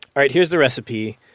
all right. here's the recipe.